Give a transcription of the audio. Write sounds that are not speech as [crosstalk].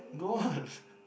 go on [laughs]